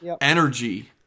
energy